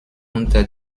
unter